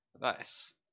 nice